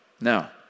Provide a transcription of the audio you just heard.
now